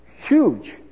Huge